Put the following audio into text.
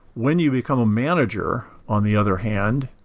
when you become a manager, on the other hand,